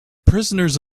prisoners